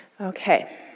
Okay